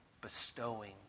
bestowing